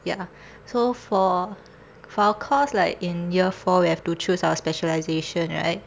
ya so for for our course like in year four we have to choose our specialisation right